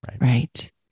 Right